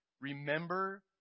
remember